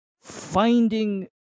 finding